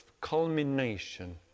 culmination